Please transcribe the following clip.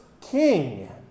king